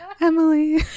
emily